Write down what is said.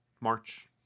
March